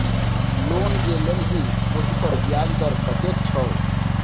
loan जे लेलही ओहिपर ब्याज दर कतेक छौ